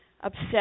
upset